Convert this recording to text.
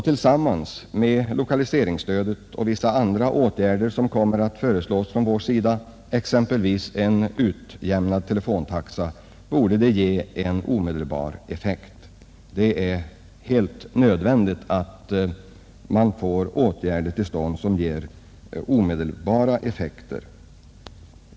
Tillsammans med lokaliseringsstödet och vissa andra åtgärder som kommer att föreslås från vår sida, exempelvis en utjämnad telefontaxa, borde det ge en omedelbar effekt. Det är helt nödvändigt att man får till stånd åtgärder som ger omedelbara effekter.